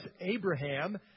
Abraham